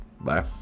Bye